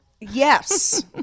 yes